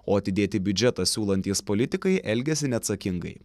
o atidėti biudžetą siūlantys politikai elgiasi neatsakingai